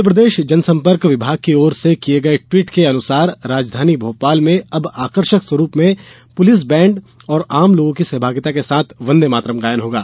मध्यप्रदेश जनसंपर्क विभाग की ओर से किए गए ट्वीट के अनुसार राजधानी भोपाल में अब आकर्षक स्वरूप में पुलिस बैंड और आम लोगों की सहभागिता के साथ वंदेमातरम गायन होगा